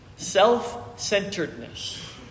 Self-centeredness